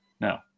No